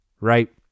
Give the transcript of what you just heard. right